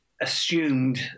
assumed